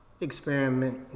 experiment